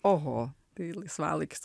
oho tai laisvalaikis